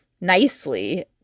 nicely